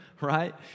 right